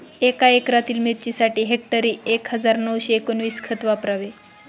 एका एकरातील मिरचीसाठी हेक्टरी एक हजार नऊशे एकोणवीस खत वापरावे